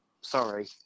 sorry